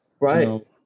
right